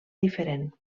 diferent